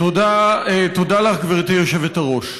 תודה לך, גברתי היושבת-ראש.